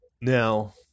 now